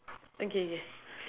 okay K